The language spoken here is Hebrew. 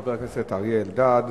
חבר הכנסת אריה אלדד,